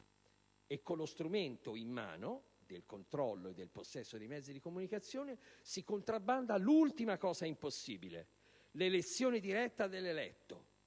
Con lo strumento in mano del controllo e del possesso dei mezzi di comunicazione si contrabbanda l'ultima cosa impossibile: l'elezione diretta dell'eletto.